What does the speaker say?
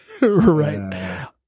Right